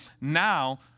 Now